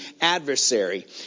adversary